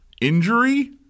injury